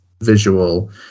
visual